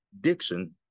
Dixon